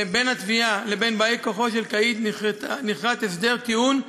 ובין התביעה לבין באי-כוחו של קאיד נכרת הסדר טיעון,